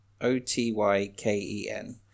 O-T-Y-K-E-N